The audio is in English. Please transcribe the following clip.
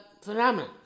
phenomenon